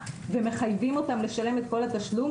ומחייבים אותם לשלם את כל התשלום,